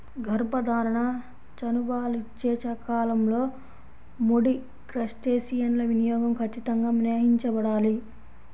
గర్భధారణ, చనుబాలిచ్చే కాలంలో ముడి క్రస్టేసియన్ల వినియోగం ఖచ్చితంగా మినహాయించబడాలి